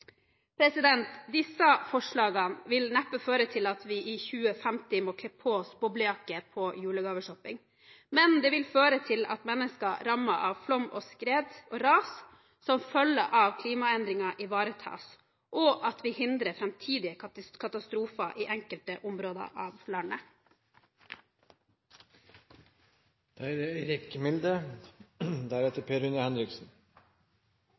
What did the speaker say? Disse forslagene vil neppe føre til at vi i 2050 må kle på oss boblejakke på julegaveshopping, men det vil føre til at mennesker rammet av flom, skred og ras som følge av klimaendringer, ivaretas, og at vi hindrer framtidige katastrofer i enkelte områder av landet. Med Høyre og Fremskrittspartiet i regjering er det